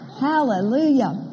Hallelujah